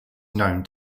known